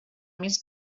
més